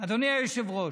אדוני היושב-ראש,